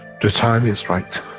the time is right,